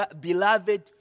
beloved